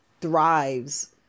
thrives